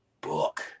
book